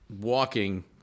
walking